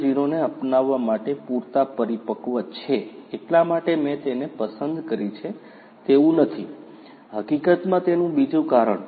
0 ને અપનાવવા માટે પૂરતા પરિપક્વ છે એટલા માટે મેં તેને પસંદ કરી છે તેવું નથી હકીકતમાં તેનું બીજુ કારણ છે